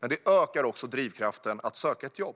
men det ökar också drivkraften att söka ett jobb.